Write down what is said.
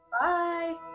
Bye